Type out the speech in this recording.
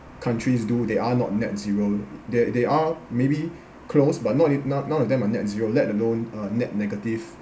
countries do they are not net zero they they are maybe close but not e~ none none of them are net zero let alone uh net negative